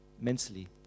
mentally